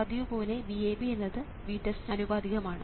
പതിവുപോലെ VAB എന്നത് VTEST ന് അനുപാതികമാണ്